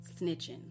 snitching